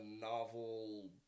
novel